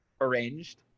arranged